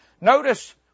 Notice